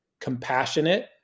compassionate